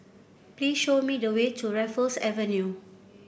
please show me the way to Raffles Avenue